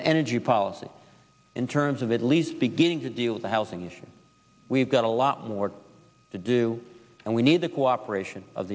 energy policy in terms of at least beginning to deal with the housing issue we've got a lot more to do and we need the cooperation of